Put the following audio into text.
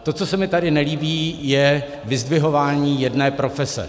To, co se mi tady nelíbí, je vyzdvihování jedné profese.